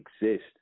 exist